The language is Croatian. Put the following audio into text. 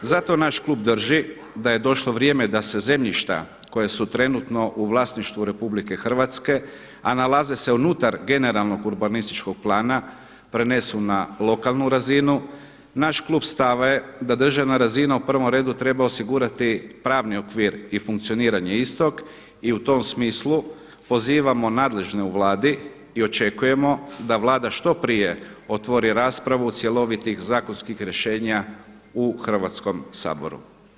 Zato naš klub drži da je došlo vrijeme da se zemljišta koja su trenutno u vlasništvu RH, a nalaze se unutar generalnog urbanističkog plana prenesu na lokalnu razinu naš klub stava je da država razina u prvom redu treba osigurati pravni okvir i funkcioniranje istog i u tom smislu pozivamo nadležne u Vladi i očekujemo da Vlada što prije otvori raspravu cjelovitih zakonskih rješenja u Hrvatskom saboru.